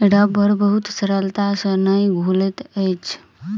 रबड़ बहुत सरलता से नै घुलैत अछि